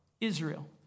israel